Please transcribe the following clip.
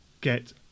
get